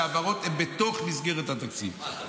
שהעברות הן בתוך מסגרת התקציב.